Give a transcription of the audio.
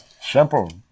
Simple